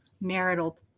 marital